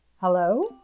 hello